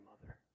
mother